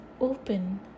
open